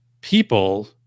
people